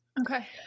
Okay